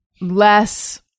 less